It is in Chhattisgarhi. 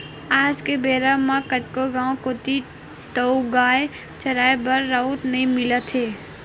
आज के बेरा म कतको गाँव कोती तोउगाय चराए बर राउत नइ मिलत हे